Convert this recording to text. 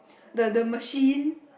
the the machine